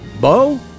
Bo